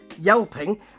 yelping